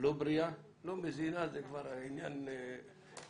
לא בריאה, לא מזינה, זה כבר עניין אישי.